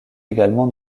également